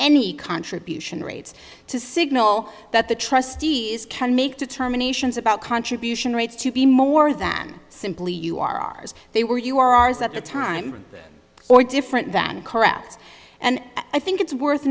any contribution rates to signal that the trustees can make determinations about contribution rates to be more than simply you are as they were you are ours at the time or different than carets and i think it's worth